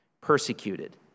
Persecuted